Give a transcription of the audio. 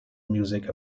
music